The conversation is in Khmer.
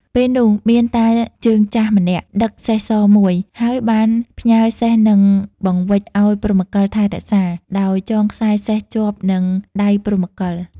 ពេលនោះ មានតាជើងចាស់ម្នាក់ដឹកសេះសមួយ ហើយបានផ្ញើសេះនិងបង្វេចឱ្យព្រហ្មកិលថែរក្សា ដោយចងខ្សែសេះជាប់នឹងដៃព្រហ្មកិល ។